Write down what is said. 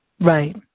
Right